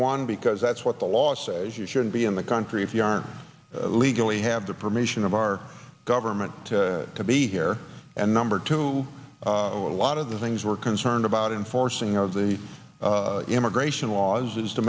one because that's what the law says you should be in the country if you are legally have the permission of our government to be here and number two a lot of the things we're concerned about enforcing of the immigration laws is to